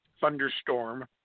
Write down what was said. thunderstorm